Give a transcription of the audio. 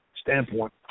standpoint